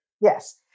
Yes